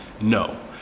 No